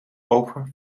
over